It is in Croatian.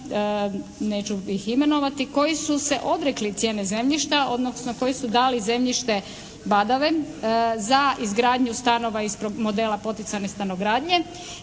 neću ih imenovati, koji su se odrekli cijene zemljišta odnosno koji su dali zemljište badava za izgradnju stanova iz modela poticane stanogradnje